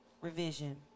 revision